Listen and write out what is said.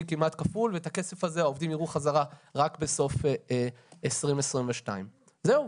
כמעט כפול ואת הכסף הזה העובדים יראו חזרה רק סוף 2022. זהו.